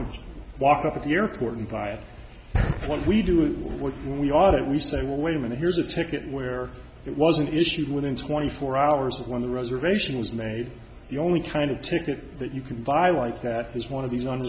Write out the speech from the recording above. d walk up to the airport and buy it when we do it when we are that we say well wait a minute here's a ticket where it wasn't issued within twenty four hours when the reservation was made the only kind of ticket that you can buy like that is one of these on